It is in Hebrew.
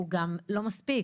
הוא גם לא מספיק.